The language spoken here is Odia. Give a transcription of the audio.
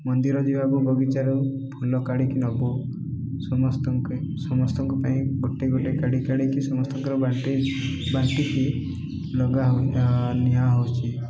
ମନ୍ଦିର ଯିବାକୁ ବଗିଚାରୁ ଫୁଲ କାଢ଼ିକି ନବୁ ସମସ୍ତଙ୍କୁ ସମସ୍ତଙ୍କ ପାଇଁ ଗୋଟେ ଗୋଟେ କାଢ଼ି କାଢ଼ିକି ସମସ୍ତଙ୍କର ବାଣ୍ଟି ବାଣ୍ଟିକି ଲଗା ହେଇ ନିଆ ହଉଛି